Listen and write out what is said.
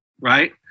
right